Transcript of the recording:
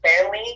family